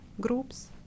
groups